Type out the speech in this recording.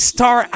Star